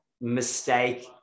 mistake